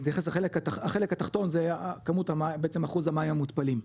אז נתייחס לחלק התחתון זה כמות המים בעצם אחוז המים המותפלים.